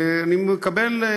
אני מקבל,